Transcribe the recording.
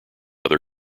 other